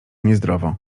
niezdrowo